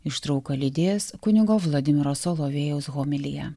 ištrauką lydės kunigo vladimiro solovėjaus homilija